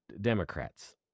Democrats